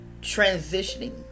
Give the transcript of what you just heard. transitioning